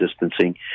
distancing